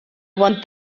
want